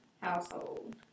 household